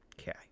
okay